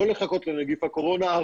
לא לחכות לנגיף הקורונה,